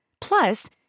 Plus